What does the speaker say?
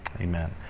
Amen